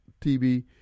TV